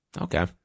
Okay